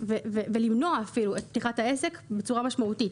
ולמנוע אפילו את פתיחת העסק בצורה משמעותית.